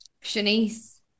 Shanice